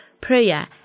prayer